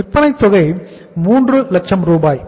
விற்பனைத் தொகை 300000 ரூபாய்